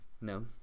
no